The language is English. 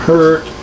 Hurt